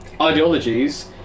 ideologies